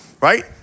right